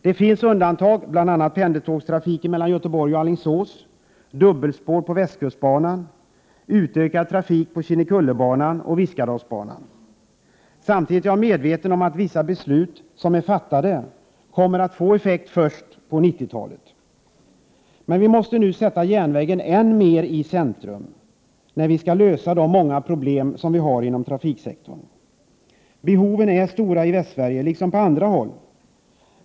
Det finns undantag, bl.a. pendeltågstrafik mellan Göteborg och Alingsås, dubbelspår på västkustbanan, utökad trafik på Kinnekullebanan och Viskadalsbanan. Samtidigt är jag medveten om att vissa beslut, som är fattade, kommer att få effekt först på 90-talet. Vi måste nu sätta järnvägen än mer i centrum när vi skall lösa de många problem som vi har inom trafiksektorn. Behoven är stora i Västsverige — liksom på andra håll.